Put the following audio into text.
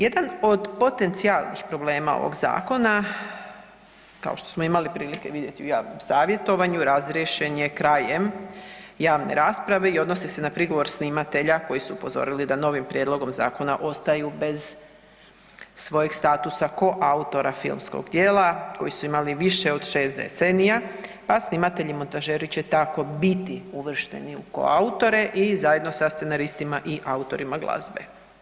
Jedan od potencijalnih problema ovog zakona kao što smo imali prilike vidjeti u javnom savjetovanju razriješen je krajem javne rasprave i odnosi se na prigovor snimatelja koji su upozorili da novim prijedlogom zakona ostaju bez svojeg statusa koautora filmskog djela koji su imali više od 6 decenija pa snimatelji i montažeri će tako biti uvršteni u koautore i zajedno sa scenaristima i autorima glazbe.